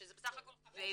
שזה בסך הכל חמישה.